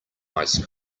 ice